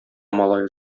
малае